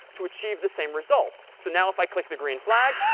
to achieve the same result. so now if i click the green flag